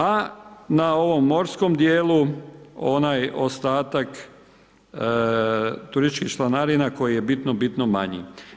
A na ovom morskom dijelu onaj ostatak turističkih članarina koji je bitno, bitno manji.